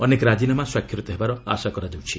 ଅନେକ ରାଜିନାମା ସ୍ୱାକ୍ଷରିତ ହେବାର ଆଶା କରାଯାଉଛି